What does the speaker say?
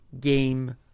Game